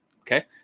okay